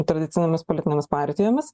tradicinėmis politinėmis partijomis